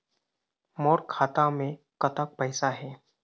मोर खाता मे कतक पैसा हे?